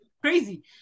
crazy